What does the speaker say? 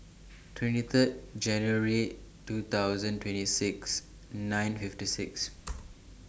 twenty Third January two thousand twenty six nine fifty six